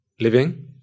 living